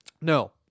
No